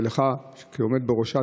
ולך כעומד בראשו,